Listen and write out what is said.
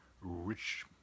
rich